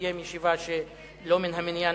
שקיים היום ישיבה שלא מן המניין,